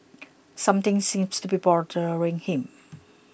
something seems to be bothering him